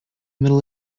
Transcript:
middle